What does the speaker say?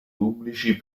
pubblici